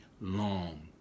long